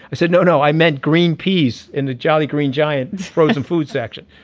i said no no i meant green peace in the jolly green giant frozen food section.